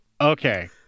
Okay